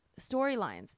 storylines